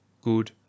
Good